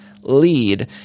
lead